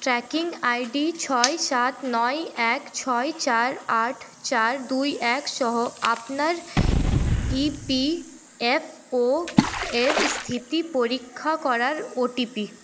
tracking I D ছয় সাত নয় এক ছয় চার আট চার দুই এক সহ আপনার ইপিএফওর স্থিতি পরীক্ষা করার ওটিপি